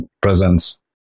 presence